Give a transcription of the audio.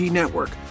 network